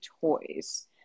toys